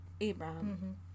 Abraham